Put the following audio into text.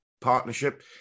partnership